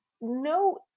no